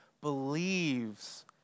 believes